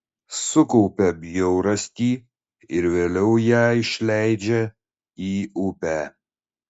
sukaupia bjaurastį ir vėliau ją išleidžia į upę